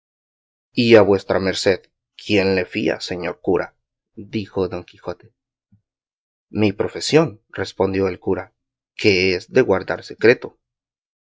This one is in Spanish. a vuestra merced quién le fía señor cura dijo don quijote mi profesión respondió el cura que es de guardar secreto